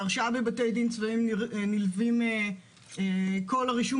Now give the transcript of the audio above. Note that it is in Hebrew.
להרשעה בבתי הדין הצבאיים נלווים כל הרישום